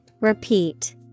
Repeat